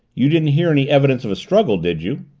you didn't hear any evidence of a struggle, did you?